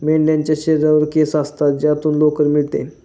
मेंढ्यांच्या शरीरावर केस असतात ज्यातून लोकर मिळते